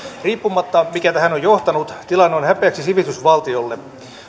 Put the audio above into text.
riippumatta siitä mikä tähän on johtanut tilanne on häpeäksi sivistysvaltiolle